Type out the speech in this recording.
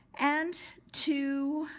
and to,